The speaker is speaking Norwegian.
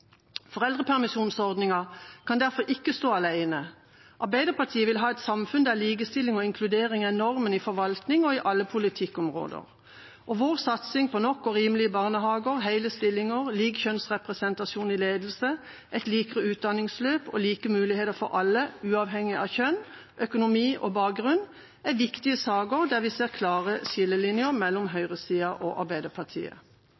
kan derfor ikke stå alene. Arbeiderpartiet vil ha et samfunn der likestilling og inkludering er normen i forvaltningen og på alle politikkområder. Vår satsing på nok og rimelige barnehager, hele stillinger, lik kjønnsrepresentasjon i ledelse, et mer likt utdanningsløp og like muligheter for alle, uavhengig av kjønn, økonomi og bakgrunn, er viktige saker der vi ser klare skillelinjer mellom